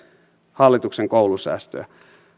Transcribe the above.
hallituksen koulusäästöjä